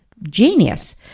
genius